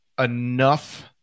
enough